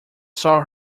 saw